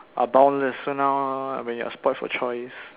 are boundless so now when you are spoilt for choice hmm